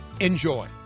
Enjoy